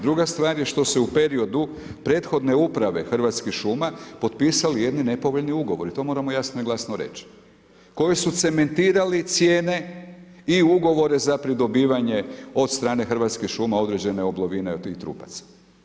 Druga stvar je što se u periodu prethodne uprave Hrvatskih šuma potpisali jedni nepovoljni ugovori to moramo jasno i glasno reći, koji su cementirali cijene i ugovore za pridobivanje od strane Hrvatskih šuma određene oblovine od tih trupaca.